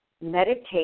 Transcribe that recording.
meditate